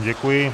Děkuji.